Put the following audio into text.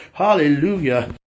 Hallelujah